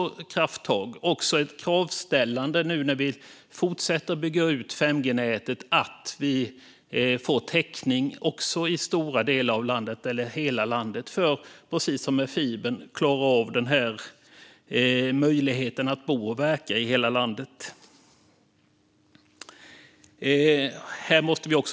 När vi nu fortsätter att bygga ut 5G-nätet krävs krafttag och kravställande så att vi får täckning i stora delar av landet - eller i hela landet - för att det ska vara möjligt att bo och verka i hela landet, precis som när det gäller fibernätet.